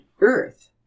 earth